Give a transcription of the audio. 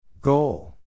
Goal